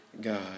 God